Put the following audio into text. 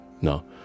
no